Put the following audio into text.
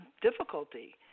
difficulty